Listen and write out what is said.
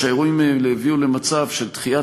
האירועים האלה הביאו למצב של דחיית